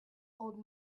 old